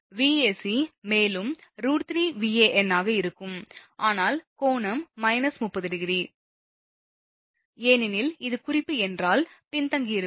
Vac மேலும் √3Van ஆக இருக்கும் ஆனால் கோணம் − 30° ஏனெனில் இது குறிப்பு என்றால் பின்தங்கியிருக்கும்